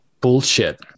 bullshit